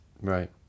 Right